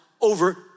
over